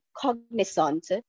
Cognizant